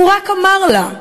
הוא רק אמר לה,